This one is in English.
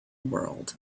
world